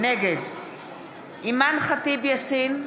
נגד אימאן ח'טיב יאסין,